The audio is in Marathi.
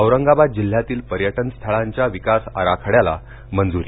औरंगाबाद जिल्ह्यातील पर्यटन स्थळांच्या विकास आराखड्याला मंजूरी